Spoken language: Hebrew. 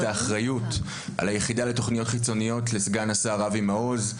האחריות על היחידה לתכניות חיצוניות לסגן השר אבי מעוז,